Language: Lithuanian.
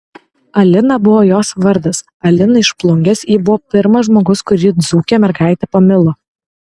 alina buvo jos vardas alina iš plungės ji buvo pirmas žmogus kurį dzūkė mergaitė pamilo